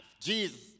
Jesus